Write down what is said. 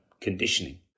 conditioning